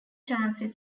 transit